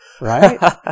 Right